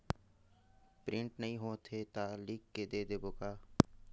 Print नइ होथे ता लिख के दे देबे का?